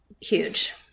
huge